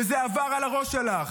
וזה עבר מעל הראש שלך.